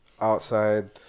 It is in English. outside